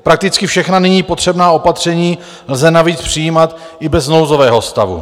Prakticky všechna nyní potřebná opatření lze navíc přijímat i bez nouzového stavu.